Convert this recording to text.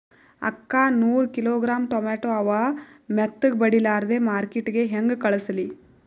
ಅಕ್ಕಾ ನೂರ kilogram tomato ಅವ, ಮೆತ್ತಗಬಡಿಲಾರ್ದೆ ಮಾರ್ಕಿಟಗೆ ಹೆಂಗ ಕಳಸಲಿ?